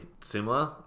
similar